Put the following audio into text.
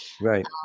Right